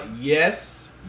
Yes